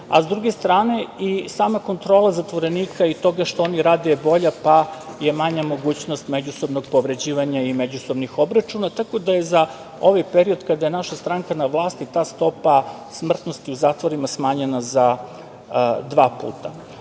a sa druge strane i sama kontrola zatvorenika i toga što oni rade je bolja, pa je manja mogućnost međusobnog povređivanja i međusobnih obračuna. Tako da je za ovaj period kada je naša stranka na vlasti ta stopa smrtnosti u zatvorima smanjena za dva puta. Ono